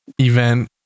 event